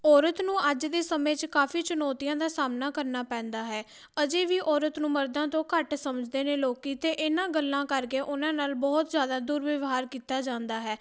ਔਰਤ ਨੂੰ ਅੱਜ ਦੇ ਸਮੇਂ 'ਚ ਕਾਫ਼ੀ ਚੁਣੌਤੀਆਂ ਦਾ ਸਾਹਮਣਾ ਕਰਨਾ ਪੈਂਦਾ ਹੈ ਅਜੇ ਵੀ ਔਰਤ ਨੂੰ ਮਰਦਾਂ ਤੋਂ ਘੱਟ ਸਮਝਦੇ ਨੇ ਲੋਕ ਅਤੇ ਇਹਨਾਂ ਗੱਲਾਂ ਕਰਕੇ ਉਹਨਾਂ ਨਾਲ ਬਹੁਤ ਜ਼ਿਆਦਾ ਦੁਰਵਿਵਹਾਰ ਕੀਤਾ ਜਾਂਦਾ ਹੈ